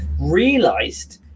realised